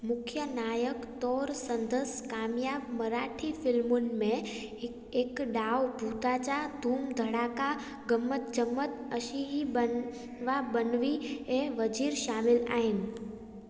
मुख्यु नायक तौरु संदसि कामियाब मराठी फ़िल्मुनि में एक डाव भुताचा धूम धड़ाका गम्मत जम्मत अशी ही बनवा बनवी ऐं वज़ीर शामिल आहिनि